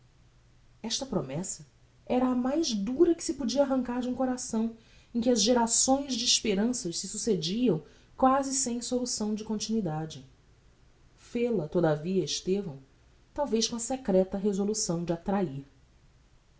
esta promessa era a mais dura que se podia arrancar de um coração em que as gerações de esperanças se succediam quasi sem solução de continuidade fel-a todavia estevão talvez com a secreta resolução de